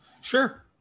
sure